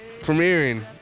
Premiering